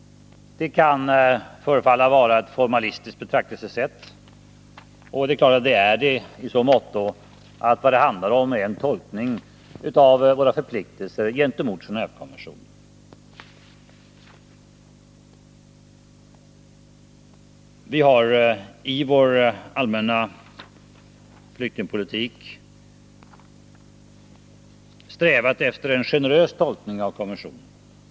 Det kan förefalla vara ett formalistiskt betraktelsesätt, och det är klart att det är formalistiskt i så måtto att vad det handlar om är en tolkning av våra förpliktelser gentemot Gendvekonventionen. I vår allmänna flyktingpolitik har vi strävat efter en generös tolkning av konventionen.